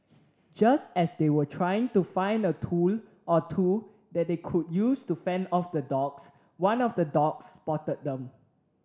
just as they were trying to find a tool or two that they could use to fend off the dogs one of the dogs spotted them